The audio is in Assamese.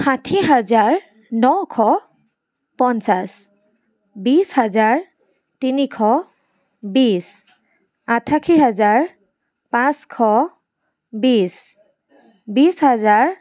ষাঠি হাজাৰ নশ পঞ্চাছ বিশ হাজাৰ তিনিশ বিশ আঠাশী হাজাৰ পাঁচশ বিশ বিশ হাজাৰ